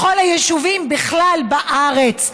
לכל היישובים בכלל בארץ,